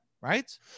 Right